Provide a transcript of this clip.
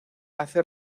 hace